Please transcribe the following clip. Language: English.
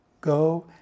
Go